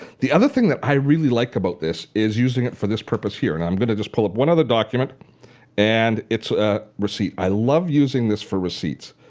the other thing that i really like about this is using it for this purpose here. and i'm going to just pull up one other document and it's a receipt. i love using this for receipts.